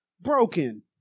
broken